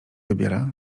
wybiera